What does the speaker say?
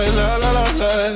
la-la-la-la